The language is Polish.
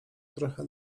trochę